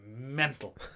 mental